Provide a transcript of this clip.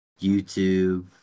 YouTube